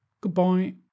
Goodbye